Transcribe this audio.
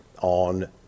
on